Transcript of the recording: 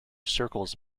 circles